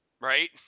Right